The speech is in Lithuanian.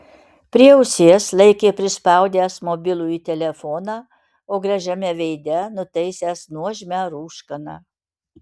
prie ausies laikė prispaudęs mobilųjį telefoną o gražiame veide nutaisęs nuožmią rūškaną